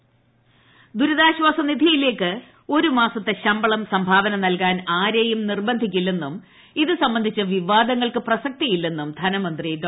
M Thomas Isaac ദുരിതാശ്വാസ നിധിയിലേക്ക് ഒരു മാസത്തെ ശമ്പളം സംഭാവന നൽകാൻ ആരെയും നിർബന്ധിക്കില്ലെന്നും ഇത് സംബന്ധിച്ച വിവാദങ്ങൾക്ക് പ്രസക്തിയില്ലെന്നും ധനമന്ത്രി ഡോ